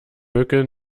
mücke